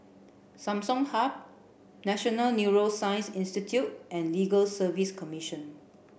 Samsung Hub National Neuroscience Institute and Legal Service Commission